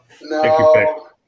No